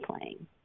playing